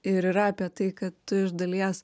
ir yra apie tai kad tu iš dalies